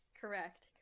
correct